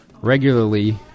regularly